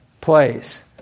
place